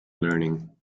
learning